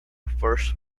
first